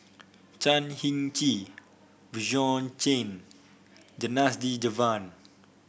Chan Heng Chee Bjorn Shen Janadas Devan